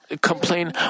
complain